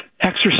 Exercise